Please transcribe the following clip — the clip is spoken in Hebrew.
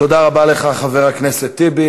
תודה רבה לך, חבר הכנסת טיבי.